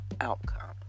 outcome